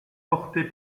portés